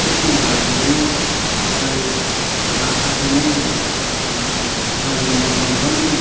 त्यसो हुँदाखेरि मलाई आख्यान नै मनपर्छ आख्यान लेख्न नै मनपर्छ अनि मलाई मनपर्ने